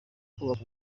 kubaka